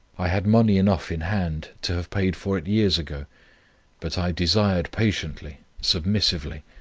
i had money enough in hand to have paid for it years ago but i desired patiently, submissively,